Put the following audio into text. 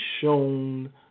shown